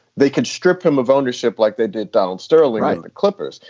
they can strip him of ownership like they did donald sterling in the clippers.